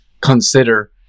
consider